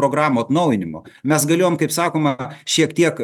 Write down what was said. programų atnaujinimo mes galėjom kaip sakoma šiek tiek